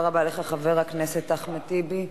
תודה רבה לך, חבר הכנסת אחמד טיבי.